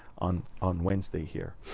on on wednesday here.